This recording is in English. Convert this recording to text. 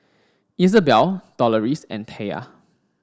Izabelle Doloris and Taya